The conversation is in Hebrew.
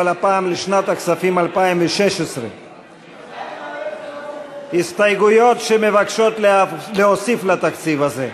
אבל הפעם לשנת הכספים 2016. הסתייגויות שמבקשות להוסיף לתקציב הזה.